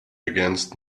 against